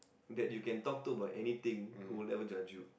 that you can talk to about anything who'll never judge you